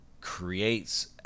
creates